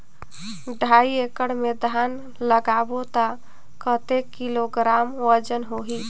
ढाई एकड़ मे धान लगाबो त कतेक किलोग्राम वजन होही?